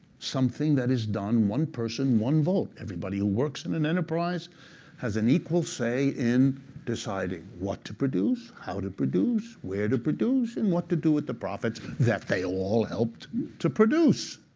something that is done one person, one vote. everybody who works in an enterprise has an equal say in deciding what to produce, how to produce, where to produce, and what to do with the profits that they all helped to produce.